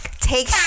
Take